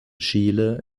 chile